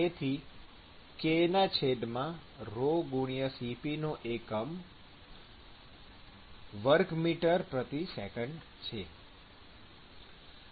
તેથી k ρC p નો એકમ મી2સેકન્ડ છે